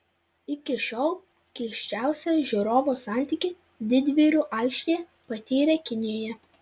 iki šiol keisčiausią žiūrovo santykį didvyrių aikštė patyrė kinijoje